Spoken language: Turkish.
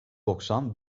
doksan